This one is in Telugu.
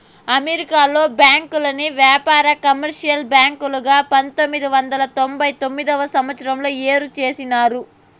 అమెరికాలో బ్యాంకుల్ని వ్యాపార, కమర్షియల్ బ్యాంకులుగా పంతొమ్మిది వందల తొంభై తొమ్మిదవ సంవచ్చరంలో ఏరు చేసినారు